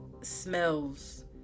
smells